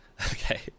Okay